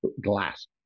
glass